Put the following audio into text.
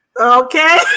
Okay